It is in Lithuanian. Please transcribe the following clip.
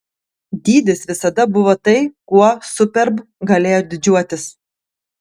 dydis visada buvo tai kuo superb galėjo didžiuotis